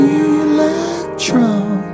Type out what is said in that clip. electron